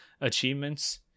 achievements